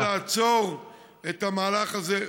צריך לעצור את המהלך הזה.